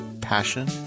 passion